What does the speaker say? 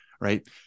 Right